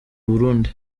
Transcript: burundi